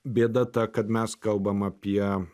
bėda ta kad mes kalbam apie